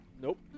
Nope